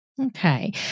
Okay